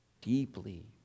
deeply